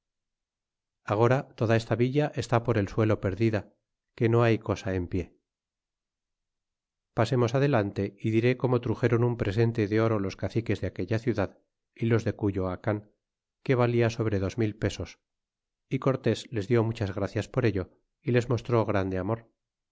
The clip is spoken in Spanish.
agora toda esta villa está por el suelo perdida que no hay cosa en pie pasemos adelante y diré como truxéron un presente de oro los caciques de aquella ciudad y los de cuyoz can que valia sobre dos mil pesos y cortés les dió muchas gracias por ello y les mostró grande amor